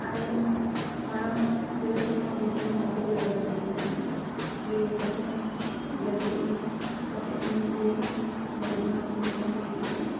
ᱟᱨ ᱤᱧ ᱢᱟᱲᱟᱝ ᱢᱟ ᱡᱮᱨᱮᱲ ᱯᱚᱛᱟᱣ ᱢᱟ ᱵᱷᱤᱛᱨᱤ ᱨᱮᱢᱟ ᱵᱟᱠᱚ ᱡᱮᱨᱮᱲ ᱚᱪᱚᱣᱟᱧ ᱛᱟᱦᱮᱱᱟ ᱜᱮ ᱯᱟᱥᱮᱡ ᱜᱟᱹᱞᱛᱤ ᱤᱢᱟᱱ ᱯᱟᱥᱮᱡ ᱤᱧ ᱤᱭᱟᱹ ᱢᱟᱱᱮ ᱵᱟᱹᱲᱤᱡ ᱮᱢᱟᱱᱚᱜ ᱛᱤᱧᱟᱹ ᱚᱱᱟ ᱞᱟᱹᱜᱤᱫ ᱛᱮ ᱤᱧ ᱫᱚ